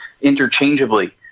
interchangeably